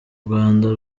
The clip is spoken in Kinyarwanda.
rwanda